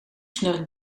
snurkt